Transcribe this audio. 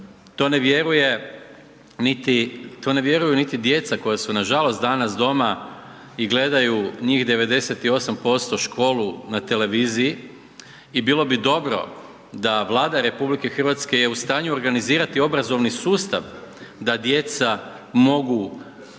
to ne vjeruju niti djeca koja su nažalost danas doma i gledaju, njih 98% školu na televiziji i bilo bi dobro da Vlada RH je u stanju organizirati obrazovni sustav da djeca mogu